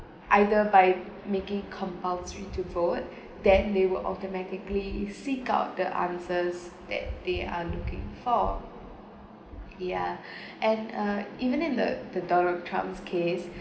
either by making compulsory to vote then they were automatically seek out the answers that they are looking for ya and uh even in the the donald trump's case